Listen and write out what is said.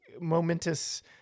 momentous